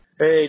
Hey